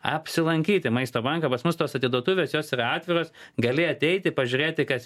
apsilankyti maisto banke pas mus tos atiduotuvės yra atviros gali ateiti pažiūrėti kas